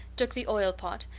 took the oil pot,